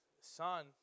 son